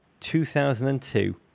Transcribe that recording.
2002